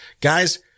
Guys